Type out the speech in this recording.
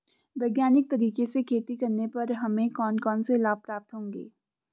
वैज्ञानिक तरीके से खेती करने पर हमें कौन कौन से लाभ प्राप्त होंगे?